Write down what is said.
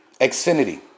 Xfinity